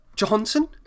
Johnson